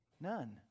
None